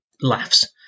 laughs